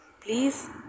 Please